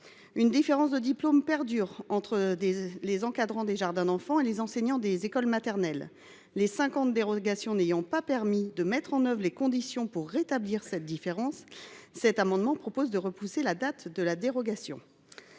Une différence de diplôme perdure entre les encadrants des jardins d’enfants et les enseignants des écoles maternelles. Les cinq ans de dérogation n’ayant pas permis de mettre en œuvre les conditions pour remédier à cette différence, cet amendement vise à repousser la date de fin de la dérogation.